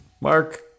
mark